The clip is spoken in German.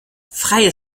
freie